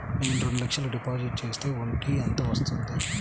నేను రెండు లక్షల డిపాజిట్ చేస్తే వడ్డీ ఎంత వస్తుంది?